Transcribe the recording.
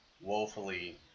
woefully